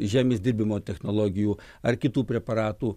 žemės dirbimo technologijų ar kitų preparatų